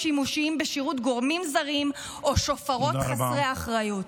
שימושיים בשירות גורמים זרים או שופרות חסרי אחריות.